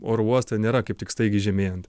oro uostą nėra kaip tik staigiai žemėjant